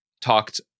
talked